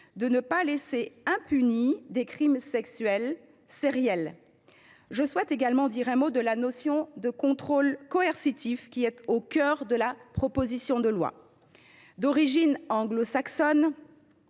de ne pas laisser impunis des crimes sexuels sériels. Je souhaite également dire un mot sur la notion de contrôle coercitif, au cœur de la proposition de loi. D’origine anglo saxonne,